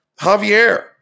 Javier